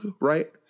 right